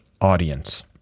audience